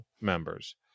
members